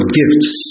gifts